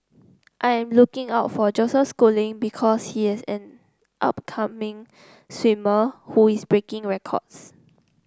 I am looking out for Joseph Schooling because he is an upcoming swimmer who is breaking records